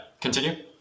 continue